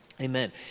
Amen